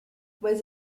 was